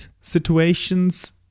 situations